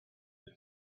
been